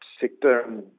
sector